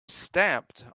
stamped